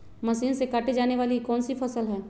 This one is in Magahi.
मशीन से काटे जाने वाली कौन सी फसल है?